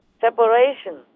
separation